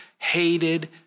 hated